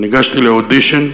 וניגשתי לאודישן.